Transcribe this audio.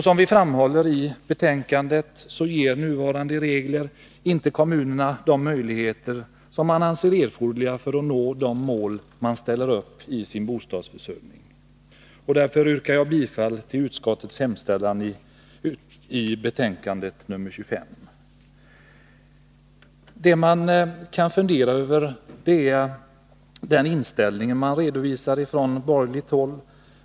Som vi framhåller i betänkandet ger inte nuvarande regler kommunerna de möjligheter som man anser erforderliga för att nå de mål man ställer upp för sin bostadsförsörjning. Därför yrkar jag bifall till utskottets hemställan i betänkandet nr 25. Det man kan fundera över är den inställning som redovisas från borgerligt håll.